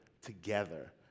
together